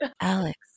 alex